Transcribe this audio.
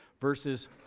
verses